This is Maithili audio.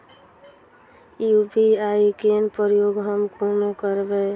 यु.पी.आई केँ प्रयोग हम कोना करबे?